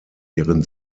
ihren